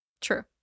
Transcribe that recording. true